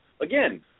Again